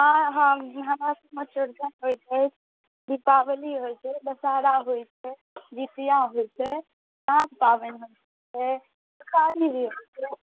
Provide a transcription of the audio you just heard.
हँ हँ हमरा सबमे चौरचन होइ छै दीपावली होइ छै दशहरा होइ छै जितिआ होइ छै साँझ पाबनि होइ छै तुसारी भी होइ छै